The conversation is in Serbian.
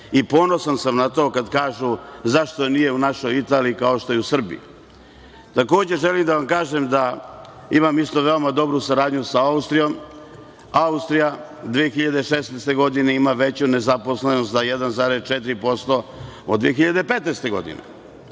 i ponosan sam na to kad kažu – zašto nije u našoj Italiji kao što je u Srbiji? Takođe, želim da vam kažem da imam isto veoma dobru saradnju sa Austrijom. Austrija 2016. godine ima veću nezaposlenost za 1,4% od 2015. godine.